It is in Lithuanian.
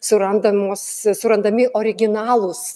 surandamos surandami originalūs